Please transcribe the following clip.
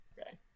Okay